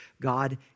God